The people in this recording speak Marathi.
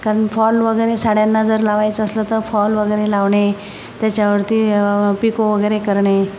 कारण फॉल वगैरे साड्यांना जर लावायचं असलं तर फॉल वगैरे लावणे त्याच्यावरती पिको वगैरे करणे